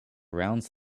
rounds